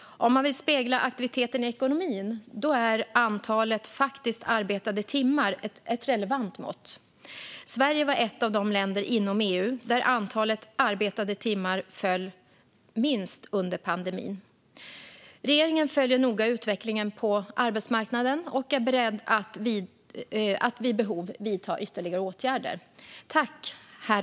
Om man vill spegla aktiviteten i ekonomin är antalet faktiskt arbetade timmar ett relevant mått. Sverige var ett av de länder inom EU där antalet arbetade timmar föll minst under pandemin. Regeringen följer noga utvecklingen på arbetsmarknaden och är beredd att vid behov vidta ytterligare åtgärder.